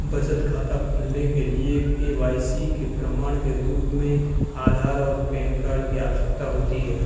बचत खाता खोलने के लिए के.वाई.सी के प्रमाण के रूप में आधार और पैन कार्ड की आवश्यकता होती है